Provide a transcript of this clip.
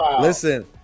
Listen